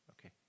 Okay